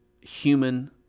human